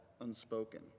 unspoken